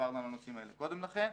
דיברנו על הנושאים האלה קודם לכן.